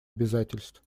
обязательств